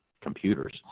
computers